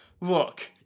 Look